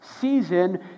season